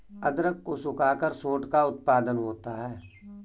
अदरक को सुखाकर सोंठ का उत्पादन होता है